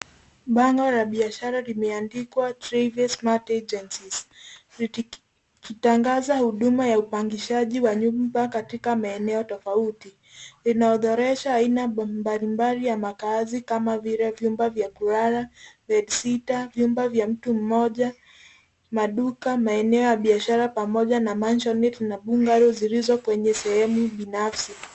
Bango la biashara limeandikwa Tryvay Smat Agencies likitangaza huduma ya upangishaji wa nyumba katika maeneo tofauti. Inaorodesha aina mbaimbali ya makazi kama vile vyumba vya kulala, bedsitter ,vyumba vya mtu mmoja, maduka, maeneo ya biashara pamoja na maisonette na bungalow zilivyo kwenye sehemu binafsi.